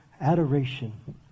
Adoration